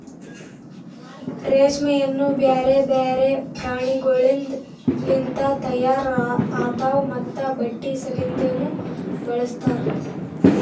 ರೇಷ್ಮೆಯನ್ನು ಬ್ಯಾರೆ ಬ್ಯಾರೆ ಪ್ರಾಣಿಗೊಳಿಂದ್ ಲಿಂತ ತೈಯಾರ್ ಆತಾವ್ ಮತ್ತ ಬಟ್ಟಿ ಸಲಿಂದನು ಬಳಸ್ತಾರ್